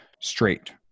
straight